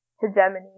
hegemony